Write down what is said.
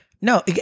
No